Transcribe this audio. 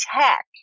tech